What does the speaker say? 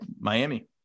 Miami